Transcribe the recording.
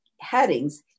headings